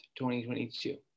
2022